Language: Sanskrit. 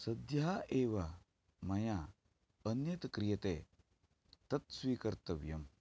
सद्यः एव मया अन्यत् क्रियते तत् स्वीकर्तव्यम्